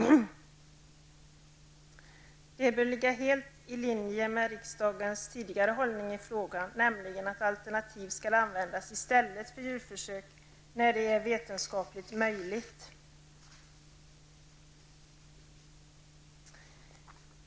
Det bör ligga helt i linje med riksdagens tidigare hållning i frågan, nämligen att alternativ skall användas i stället för djurförsök när det är vetenskapligt möjligt.